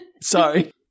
Sorry